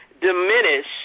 diminish